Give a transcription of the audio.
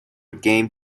again